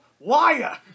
liar